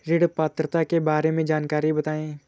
ऋण पात्रता के बारे में जानकारी बताएँ?